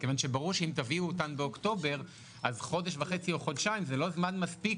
ברור שאם תביאו אותן באוקטובר אז חודש וחצי או חודשיים זה לא זמן מספיק.